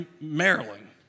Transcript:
Maryland